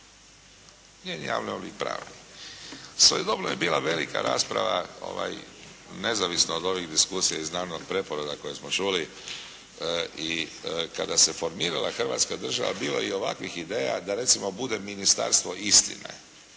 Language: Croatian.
njen javni oblik pravni. Svojedobno je bila rasprava nezavisno od ovih diskusija iz davnog preporoda koje smo čuli i kada se formirala hrvatska država, bilo je i ovakvih ideja da recimo bude ministarstvo istine.